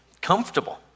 comfortable